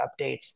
updates